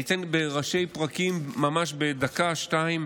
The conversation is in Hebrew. אני אתן בראשי פרקים, ממש בדקה, שתיים,